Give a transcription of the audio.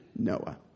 noah